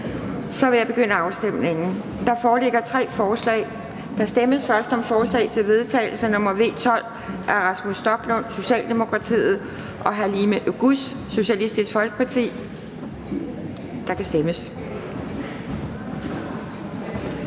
Så vil jeg starte afstemningen. Der foreligger tre forslag. Der stemmes først om forslag til vedtagelse nr. V 12 af Rasmus Stoklund (S) og Halime Oguz (SF), og der kan stemmes.